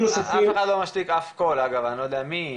אף אחד לא משתיק אף קול, אגב, אני לא יודע מי.